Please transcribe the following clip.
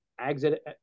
exit